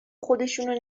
خودشونو